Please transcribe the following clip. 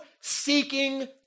seeking